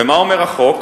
ומה אומר החוק,